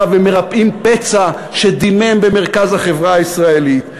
ומרפאים פצע שדימם במרכז החברה הישראלית.